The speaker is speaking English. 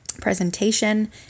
presentation